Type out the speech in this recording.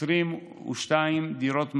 22 דירות מעבר.